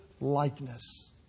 likeness